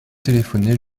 téléphoner